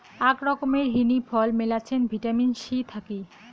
আক রকমের হিনি ফল মেলাছেন ভিটামিন সি থাকি